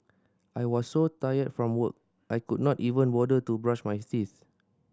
I was so tired from work I could not even bother to brush my teeth